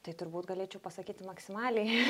tai turbūt galėčiau pasakyti maksimaliai